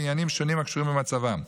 בעניינים שונים הקשורים במצבם.